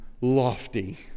lofty